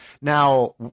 Now